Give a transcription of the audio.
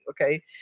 okay